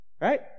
right